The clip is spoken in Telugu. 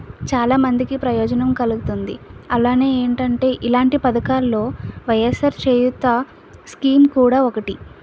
చాలా మందికి ప్రయోజనం కలుగుతుంది అలానే ఏంటంటే ఇలాంటి పథకాల్లో వైయస్సార్ చేయూత స్కీమ్ కూడా ఒకటి